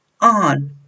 on